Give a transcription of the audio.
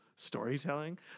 storytelling